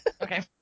Okay